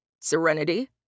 Serenity